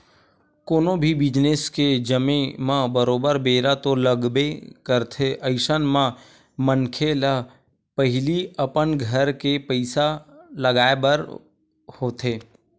कोनो भी बिजनेस के जमें म बरोबर बेरा तो लगबे करथे अइसन म मनखे ल पहिली अपन घर के पइसा लगाय बर होथे